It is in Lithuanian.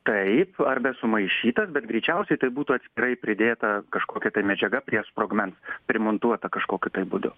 taip arba sumaišytas bet greičiausiai tai būtų atskirai pridėta kažkokia tai medžiaga prie sprogmens primontuota kažkokiu tai būdu